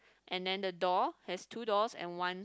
and then the door has two doors and one